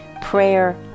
prayer